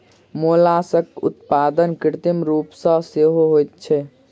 मोलास्कक उत्पादन कृत्रिम रूप सॅ सेहो होइत छै